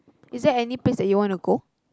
is there any place that you wanna go